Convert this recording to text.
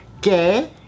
gay